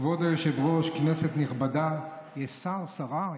כבוד היושב-ראש, כנסת נכבדה, יש שר, שרה?